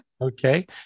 Okay